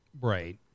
Right